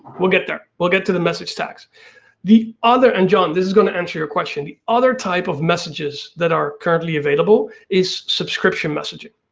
we'll get there, we'll get to the message tags. and the other, and john, this is gonna answer your question, the other type of messages that are currently available is subscription messaging.